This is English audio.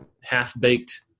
half-baked